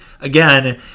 Again